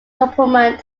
complement